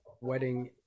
wedding